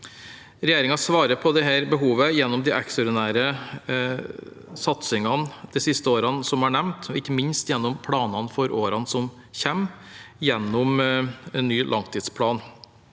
Regjeringen svarer på det behovet gjennom de ekstraordinære satsingene de siste årene, som er nevnt, og ikke minst gjennom planene for årene som kommer, gjennom en ny langtidsplan.